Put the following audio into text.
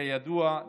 כידוע,